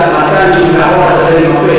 שאלתי את המנכ"לית שלי,